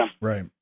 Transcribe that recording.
Right